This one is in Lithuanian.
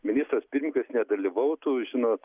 ministras pirmininkas nedalyvautų žinot